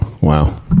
Wow